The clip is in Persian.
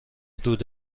دود